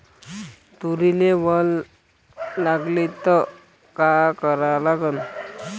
तुरीले वल लागली त का करा लागन?